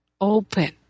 open